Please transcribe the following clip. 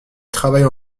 travaille